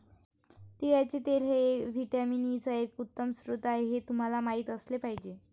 तिळाचे तेल हे व्हिटॅमिन ई चा एक उत्तम स्रोत आहे हे तुम्हाला माहित असले पाहिजे